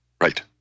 Right